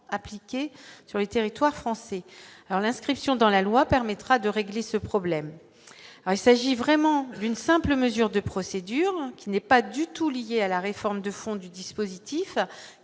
appliquée sur le territoire français, alors l'inscription dans la loi permettra de régler ce problème, il s'agit vraiment d'une simple mesure de procédure qui n'est pas du tout lié à la réforme de fond du dispositif